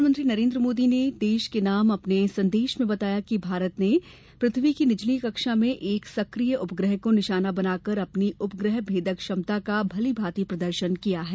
प्रधानमंत्री नरेंद्र मोदी ने राष्ट्र के नाम अपने संदेश में बताया कि भारत ने पृथ्वी की निचली कक्षा में एक सक्रिय उपग्रह को निशाना बनाकर अपनी उपग्रह भेदक क्षमता का भली भांति प्रदर्शन किया है